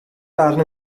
barn